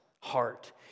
Heart